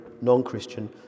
non-Christian